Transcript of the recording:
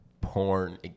porn